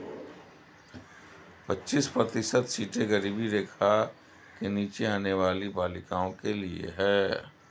पच्चीस प्रतिशत सीटें गरीबी रेखा के नीचे आने वाली बालिकाओं के लिए है